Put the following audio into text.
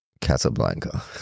Casablanca